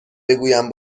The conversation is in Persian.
بگویم